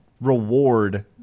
reward